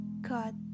God